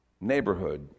neighborhood